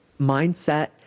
Mindset